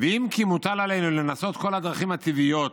"ואם כי מוטל עלינו לנסות כל הדרכים הטבעיות,